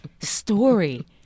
story